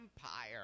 empire